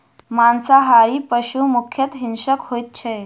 मांसाहारी पशु मुख्यतः हिंसक होइत छै